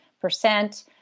percent